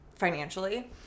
financially